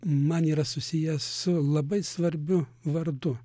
man yra susiję su labai svarbiu vardu